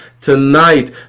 tonight